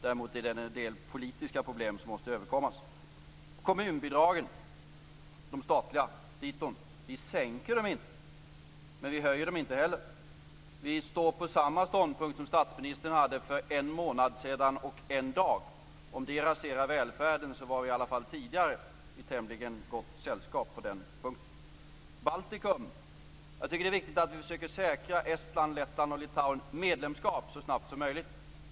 Däremot är det en del politiska problem som måste överkommas. Vi sänker inte de statliga kommunbidragen, men vi höjer dem inte heller. Vi står på samma ståndpunkt som statsministern hade för en månad och en dag sedan. Om det raserar välfärden så var vi åtminstone tidigare i tämligen gott sällskap på den punkten. Beträffande Baltikum tycker jag att det är viktigt att vi försöker säkra Estland, Lettland och Litauen medlemskap så snabbt som möjligt.